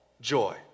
joy